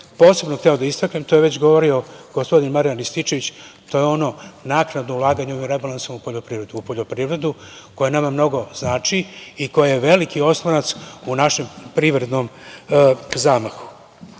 posebno hteo da istaknem, to je već govorio gospodin, Marijan Rističević, to je ono naknadno ulaganje ovim rebalansom u poljoprivredu, koja nama mnogo znači i koja je veliki oslonac u našem privrednom zamahu.